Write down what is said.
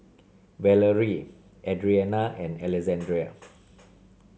Valarie Adrianna and Alexandrea